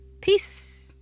Peace